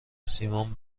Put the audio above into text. سیمان